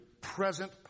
present